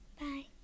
Bye